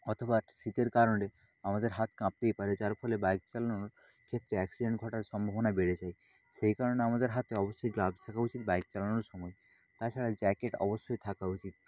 অথবা শীতের কারণে আমাদের হাত কাঁপতেই পারে যার ফলে বাইক চালানোর ক্ষেত্রে অ্যাক্সিডেন্ট ঘটার সম্ভাবনা বেড়ে যায় সেই কারণে আমাদের হাতে অবশ্যই গ্লাভস থাকা উচিত বাইক চালানোর সময় তাছাড়া জ্যাকেট অবশ্যই থাকা উচিত